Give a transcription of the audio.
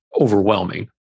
overwhelming